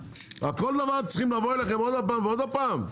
כל דבר צריכים לבוא אליכם עוד פעם ועוד פעם?